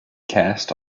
cast